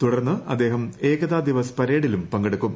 തുടർന്ന് അദ്ദേഹം ഏകതാ ദിവസ് പരേഡിലും പങ്കെടുക്കും